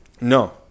No